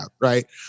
right